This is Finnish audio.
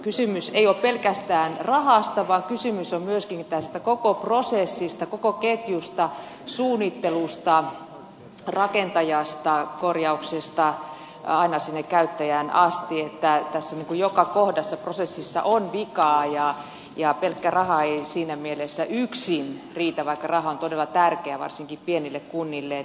kysymys ei ole pelkästään rahasta vaan kysymys on myöskin tästä koko prosessista koko ketjusta suunnittelusta rakentajasta korjauksesta aina sinne käyttäjään asti ja tässä niin kuin joka kohdassa prosessissa on vikaa ja pelkkä raha ei siinä mielessä yksin riitä vaikka raha on todella tärkeää varsinkin pienille kunnille